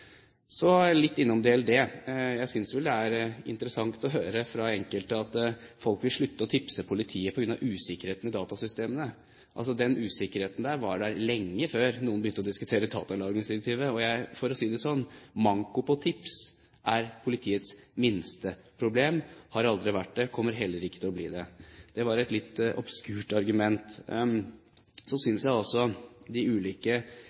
interessant å høre fra enkelte at folk vil slutte å tipse politiet på grunn av usikkerheten i datasystemene. Den usikkerheten var der lenge før noen begynte å diskutere datalagringsdirektivet. For å si det sånn, manko på tips er politiets minste problem – har aldri vært noe problem, kommer heller ikke til å bli det. Det var et litt obskurt argument. Så er det de ulike,